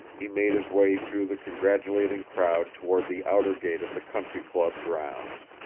he made his way through the congratulating crowd toward the outer gate of the country club grounds.